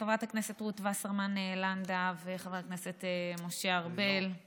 חברת הכנסת רות וסרמן לנדה וחבר הכנסת משה ארבל,